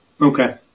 Okay